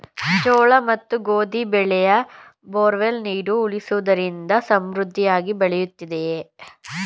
ಜೋಳ ಮತ್ತು ಗೋಧಿ ಬೆಳೆಗೆ ಬೋರ್ವೆಲ್ ನೀರು ಉಣಿಸುವುದರಿಂದ ಸಮೃದ್ಧಿಯಾಗಿ ಬೆಳೆಯುತ್ತದೆಯೇ?